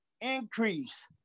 increase